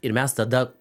ir mes tada